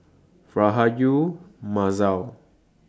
Rahayu Mahzam